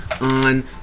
on